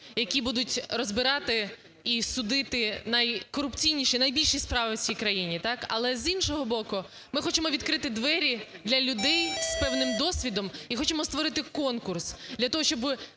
які будуть розбирати і судити найкорупційніші, найбільші справи в цій країні. Так? Але, з іншого боку, ми хочемо відкрити двері для людей з певним досвідом і хочемо створити конкурс для того, щоби